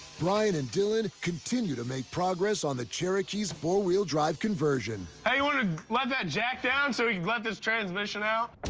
brian and dylan continue to make progress on the cherokee's four-wheel drive conversion. hey, you want to let that jack down so we can let this transmission out.